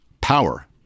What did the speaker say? power